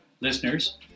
listeners